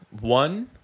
one